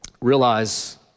realize